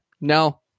No